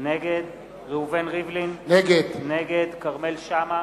נגד ראובן ריבלין, נגד כרמל שאמה,